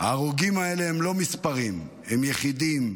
ההרוגים האלה הם לא מספרים, הם יחידים,